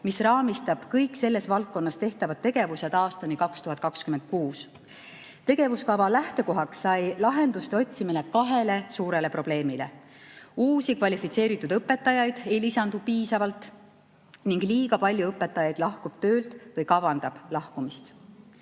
mis raamistab kõik selles valdkonnas tehtavad tegevused aastani 2026. Tegevuskava lähtekohaks sai lahenduste otsimine kahele suurele probleemile: uusi kvalifitseeritud õpetajaid ei lisandu piisavalt ning liiga palju õpetajaid lahkub töölt või kavandab lahkumist.